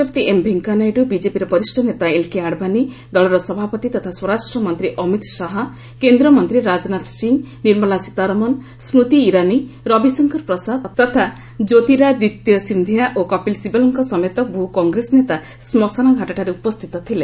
ଉପରାଷ୍ଟ୍ରପତି ଏମ୍ ଭେଙ୍କୟାନାଇଡ୍ର ବିଜେପିର ବରିଷ୍ଠନେତା ଏଲକେ ଆଡଭାନୀ ଦଳର ସଭାପତି ତଥା ସ୍ୱରାଷ୍ଟ୍ରମନ୍ତ୍ରୀ ଅମିତ ଶାହା କେନ୍ଦ୍ରମନ୍ତ୍ରୀ ରାଜନାଥ ସିଂ ନିର୍ମଳା ସୀତାରମଣ ସ୍କୃତି ଇରାନୀ ରବିଶଙ୍କର ପ୍ରସାଦ ତଥା ଜ୍ୟୋତିରାଦିତ୍ୟା ସିନ୍ଧିଆ ଓ କପିଲ ଶିବଲଙ୍କ ସମେତ ବହୁ କଂଗ୍ରେସ ନେତା ଶ୍ମଶାନଘାଟଠାରେ ଉପସ୍ଥିତ ଥିଲେ